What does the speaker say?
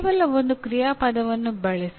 ಕೇವಲ ಒಂದು ಕ್ರಿಯಾಪದವನ್ನು ಬಳಸಿ